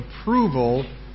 approval